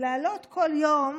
להעלות בכל יום